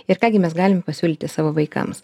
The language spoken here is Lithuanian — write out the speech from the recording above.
ir ką gi mes galime pasiūlyti savo vaikams